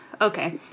Okay